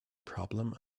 problem